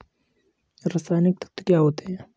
रसायनिक तत्व क्या होते हैं?